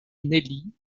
nelly